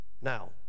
Now